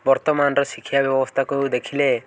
ବର୍ତ୍ତମାନର ଶିକ୍ଷା ବ୍ୟବସ୍ଥାକୁ ଦେଖିଲେ